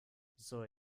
soll